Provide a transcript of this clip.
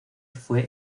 fue